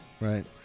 right